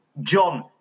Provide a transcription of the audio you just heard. John